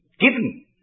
given